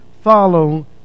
follow